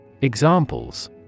Examples